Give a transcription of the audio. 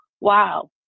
wow